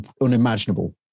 unimaginable